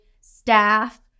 staff